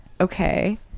Okay